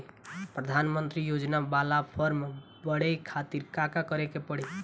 प्रधानमंत्री योजना बाला फर्म बड़े खाति का का करे के पड़ी?